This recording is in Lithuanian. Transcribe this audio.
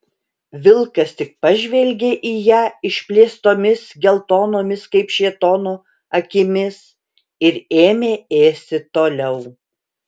vilkas tik pažvelgė į ją išplėstomis geltonomis kaip šėtono akimis ir ėmė ėsti toliau